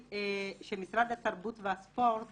משרד התרבות והספורט